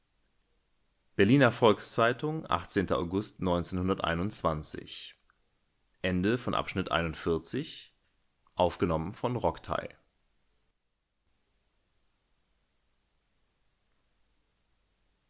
berliner volks-zeitung august